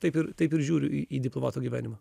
taip ir taip ir žiūriu į į diplomato gyvenimą